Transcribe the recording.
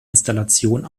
installation